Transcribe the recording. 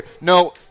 No